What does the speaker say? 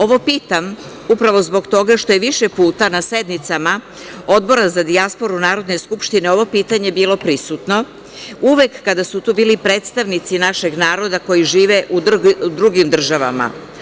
Ovo pitam upravo zbog toga što je više puta na sednicama Odbora za dijasporu Narodne skupštine ovo pitanje bilo prisutno uvek kada su tu bili predstavnici našeg naroda koji žive u drugim državama.